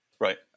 right